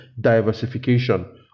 diversification